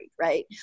right